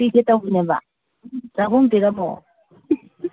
ꯄꯤꯒꯦ ꯇꯧꯕꯅꯦꯕ ꯆꯍꯨꯝ ꯄꯤꯔꯝꯃꯣ